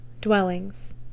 Dwellings